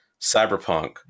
Cyberpunk